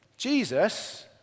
Jesus